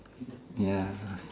ya